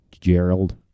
Gerald